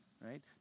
Right